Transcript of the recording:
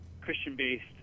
Christian-based